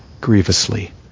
grievously